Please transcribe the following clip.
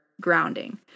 grounding